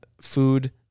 Food